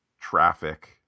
traffic